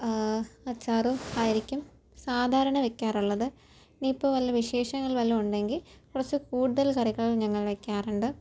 അച്ചാറും ആയിരിക്കും സാധാരണ വയ്ക്കാറുള്ളത് ഇനിയിപ്പോൾ വല്ല വിശേഷങ്ങൾ വല്ലതും ഉണ്ടെങ്കിൽ കുറച്ചു കൂടുതൽ കറികൾ ഞങ്ങൾ വയ്ക്കാറുണ്ട്